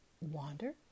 wander